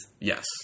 Yes